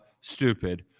stupid